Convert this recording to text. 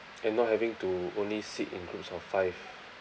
and not having to only sit in groups of five